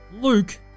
Luke